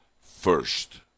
first